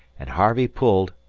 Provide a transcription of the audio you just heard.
and harvey pulled,